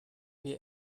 wir